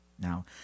Now